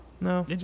no